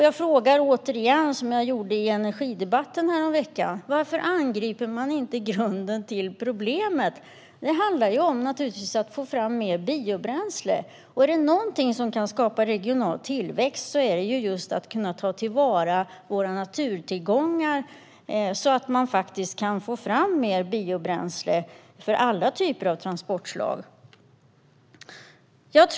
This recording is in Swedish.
Jag frågar återigen, som jag gjorde i energidebatten förra veckan: Varför angriper man inte grunden till problemet? Det handlar om att få fram mer biobränsle. Är det något som kan skapa regional tillväxt är det just att kunna ta till vara våra naturtillgångar, så att vi kan få fram mer biobränsle för alla typer av transportslag.